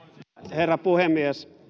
herra puhemies